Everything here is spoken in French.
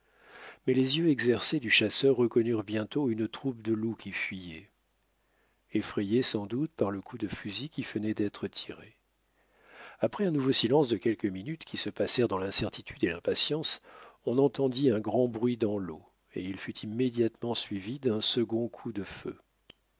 mais les yeux exercés du chasseur reconnurent bientôt une troupe de loups qui fuyaient effrayés sans doute par le coup de fusil qui venait d'être tiré après un nouveau silence de quelques minutes qui se passèrent dans l'incertitude et l'impatience on entendit un grand bruit dans l'eau et il fut immédiatement suivi d'un second coup de feu